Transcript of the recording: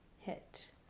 hit